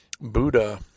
Buddha